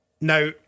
Now